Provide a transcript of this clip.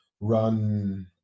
run